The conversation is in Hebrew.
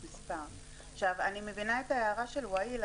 אני מבינה את ההערה של ואיל,